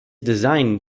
designed